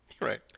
Right